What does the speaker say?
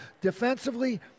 Defensively